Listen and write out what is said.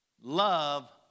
Love